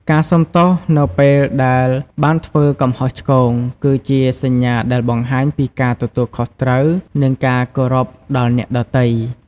ការសុំទោសនៅពេលដែលបានធ្វើកំហុសឆ្គង គឺជាសញ្ញាដែលបង្ហាញពីការទទួលខុសត្រូវ និងការគោរពដល់អ្នកដទៃ។